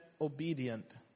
obedient